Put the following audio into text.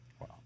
Wow